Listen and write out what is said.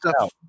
out